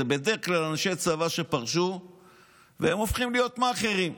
אלה בדרך כלל אנשי צבא שפרשו והם הופכים להיות מאכערים.